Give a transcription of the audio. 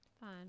Fine